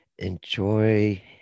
Enjoy